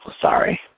sorry